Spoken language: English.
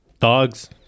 Dogs